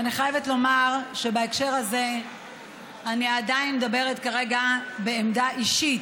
ואני חייבת לומר שבהקשר הזה אני עדיין מדברת כרגע בעמדה אישית,